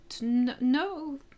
No